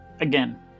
Again